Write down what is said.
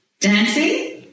Dancing